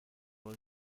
was